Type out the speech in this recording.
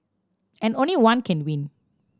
and only one can win